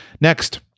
Next